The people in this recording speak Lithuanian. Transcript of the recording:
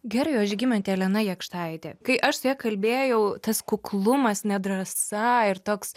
gerai o žygimantė elena jakštaitė kai aš su ja kalbėjau tas kuklumas nedrąsa ir toks